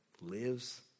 lives